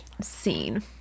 scene